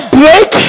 break